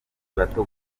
bato